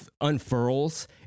unfurls